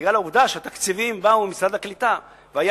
בגלל העובדה שהתקציבים באו ממשרד הקליטה והיה